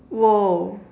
!woah!